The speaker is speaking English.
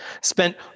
Spent